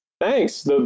Thanks